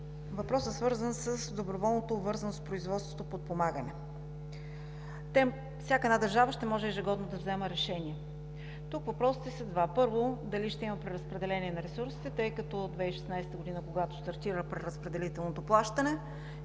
въпроса, свързан с доброволната обвързаност в производството – подпомагане. Всяка една държава ще може ежегодно да взема решение. Тук въпросите са два. Първо, дали ще има преразпределение на ресурсите, тъй като от 2016 г., когато стартира преразпределителното плащане,